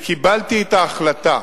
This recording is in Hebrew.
אני קיבלתי את ההחלטה